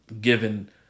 given